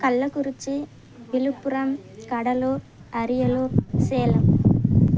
Kallakurichi Viluppuram Cuddalore Ariyalur Salem